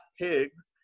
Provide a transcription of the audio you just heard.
pigs